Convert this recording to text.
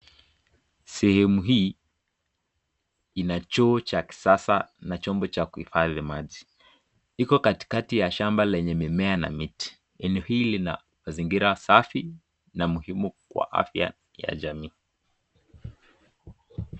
Sehemu hii ina choo cha kisasa na chombo cha kuifadhi maji, iko katikati ya shamba lenye mimea na miti, eneo hili lina mazingira safi na muhimu kwa afya ya jamii.